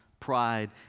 pride